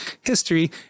history